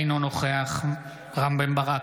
אינו נוכח רם בן ברק,